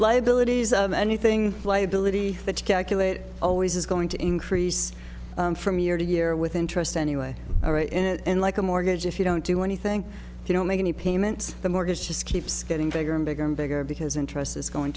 liabilities of anything liability that calculate it always is going to increase from year to year with interest anyway all right and like a mortgage if you don't do anything if you don't make any payments the mortgage just keeps getting bigger and bigger and bigger because interest is going